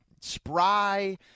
spry